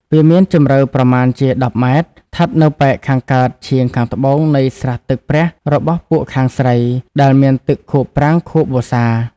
វាមានជម្រៅប្រមាណជា ១០ ម. ឋិតនៅប៉ែកខាងកើត ឆៀងខាងត្បូង នៃស្រះទឹកព្រះ របស់ពួកខាងស្រី ដែលមានទឹកខួបប្រាំងខួបវស្សា ។